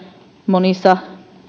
monissa